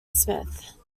smith